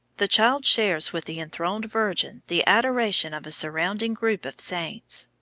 the child shares with the enthroned virgin the adoration of a surrounding group of saints.